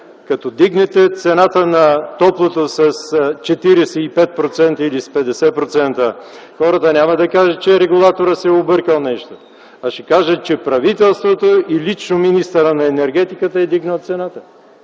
като вдигнете цената на топлото с 45% или с 50%, хората няма да кажат, че регулаторът се е объркал нещо, а ще кажат, че правителството и лично министърът на енергетиката е вдигнал цената.